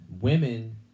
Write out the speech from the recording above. women